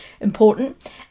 important